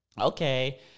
okay